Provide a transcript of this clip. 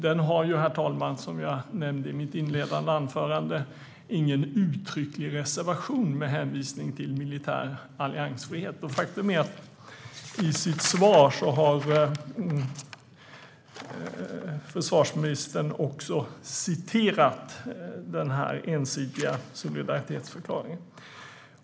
Den har ju, herr talman, som jag nämnde i mitt inledande anförande ingen uttrycklig reservation med hänvisning till militär alliansfrihet. Faktum är att i sitt svar citerar försvarsministern denna ensidiga solidaritetsförklaring.